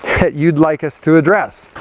that you'd like us to address.